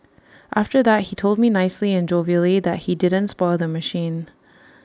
after that he told me nicely and jovially that he didn't spoil the machine